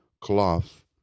cloth